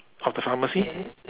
of the pharmacy